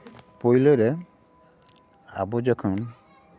ᱯᱳᱭᱞᱳ ᱨᱮ ᱟᱵᱚ ᱡᱚᱠᱷᱚᱱ